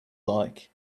like